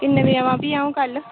किन्ने बजे आवां भी अ'ऊं कल्ल